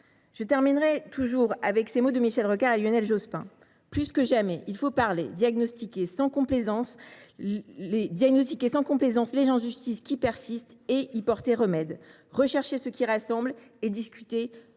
je citerai de nouveau les mots de Michel Rocard et de Lionel Jospin :« Plus que jamais, il faut parler, diagnostiquer sans complaisance les injustices qui persistent et y porter remède, rechercher ce qui rassemble et discuter